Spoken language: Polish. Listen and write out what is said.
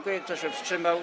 Kto się wstrzymał?